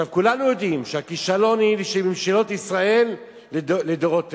כולנו יודעים שהכישלון הוא של ממשלות ישראל לדורותיהן.